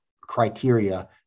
criteria